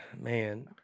man